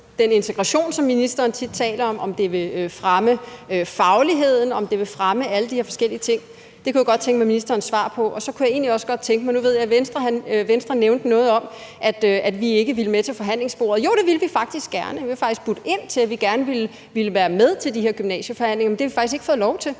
den integration, som ministeren tit taler om, om det vil fremme fagligheden, om det vil fremme alle de her forskellige ting. Det kunne jeg godt tænke mig ministerens svar på. Så kunne jeg egentlig godt tænke mig at sige, i forbindelse med at Venstre nævnte noget om, at vi ikke ville med til forhandlingsbordet: Jo, det ville vi faktisk gerne, vi havde faktisk budt ind med, at vi gerne ville være med til de her gymnasieforhandlinger, men det har vi faktisk ikke fået lov til.